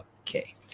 Okay